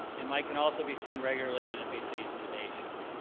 and mike can also be seen regularly on nbc's today show.